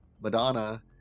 Madonna